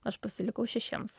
aš pasilikau šešiems